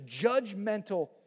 judgmental